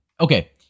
Okay